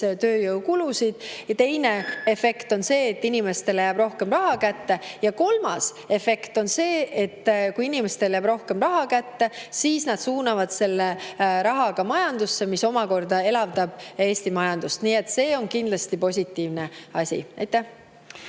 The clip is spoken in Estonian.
tööjõukulusid, teine efekt on see, et inimestele jääb rohkem raha kätte, ja kolmas efekt on see, et kui inimestele jääb rohkem raha kätte, siis nad suunavad selle raha majandusse, mis omakorda elavdab Eesti majandust. Nii et see on kindlasti positiivne asi. Suur